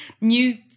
New